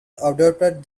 adopted